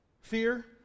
Fear